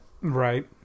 right